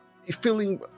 feeling